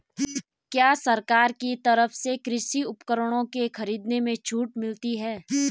क्या सरकार की तरफ से कृषि उपकरणों के खरीदने में छूट मिलती है?